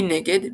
מנגד,